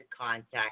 contact